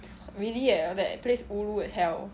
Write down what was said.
really eh that place ulu as hell